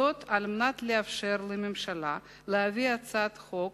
זאת, כדי לאפשר לממשלה להביא הצעת חוק